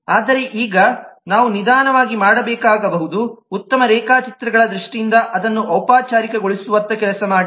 ಆದರೆ ಈಗ ನಾವು ನಿಧಾನವಾಗಿ ಮಾಡಬೇಕಾಗಬಹುದು ಉತ್ತಮ ರೇಖಾಚಿತ್ರಗಳ ದೃಷ್ಟಿಯಿಂದ ಅದನ್ನು ಔಪಚಾರಿಕಗೊಳಿಸುವತ್ತ ಕೆಲಸ ಮಾಡಿ